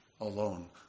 alone